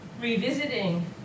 revisiting